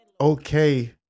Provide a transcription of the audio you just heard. okay